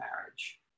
marriage